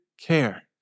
care